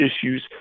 issues